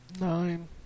Nine